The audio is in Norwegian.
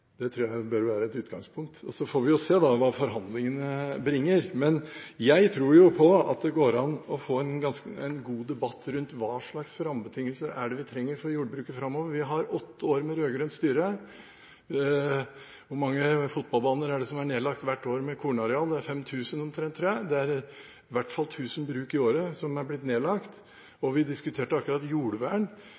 Det tror jeg bør være et utgangspunkt. Så får vi jo se hva forhandlingene bringer. Men jeg tror på at det går an å få en god debatt rundt hva slags rammebetingelser vi trenger for jordbruket framover. Vi har hatt åtte år med rød-grønt styre. Hvor mange fotballbaner med kornareal er det som er nedlagt hvert år? Det er 5 000 omtrent, tror jeg. Det er i hvert fall 1 000 bruk i året som er blitt nedlagt. Vi diskuterte akkurat jordvern.